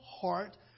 heart